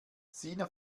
sina